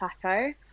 plateau